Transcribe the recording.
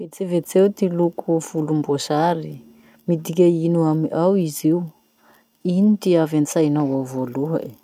Vetsivetseo ty loko volomboasary. Midika ino amy ao izy io? Ino ty avy antsainao ao voaloha e?